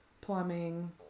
plumbing